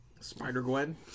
Spider-Gwen